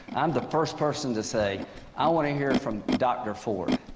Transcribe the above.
i'm the first person to say i want to hear from dr. ford.